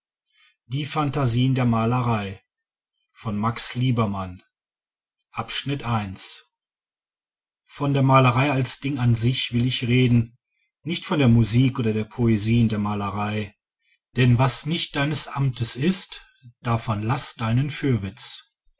die phantasie in der malerei von der malerei als ding an sich will ich reden nicht von der musik oder der poesie in der malerei denn was nicht deines amtes ist davon laß deinen fürwitz